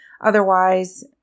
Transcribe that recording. Otherwise